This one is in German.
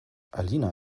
alina